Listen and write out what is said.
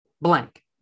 blank